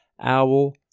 owl